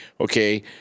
okay